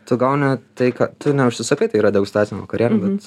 tu gauni tai ką tu neužsisakai tai yra degustacinė vakarienė bet